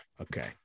Okay